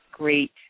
great